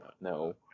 No